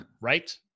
Right